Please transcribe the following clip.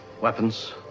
Weapons